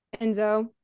Enzo